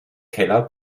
keller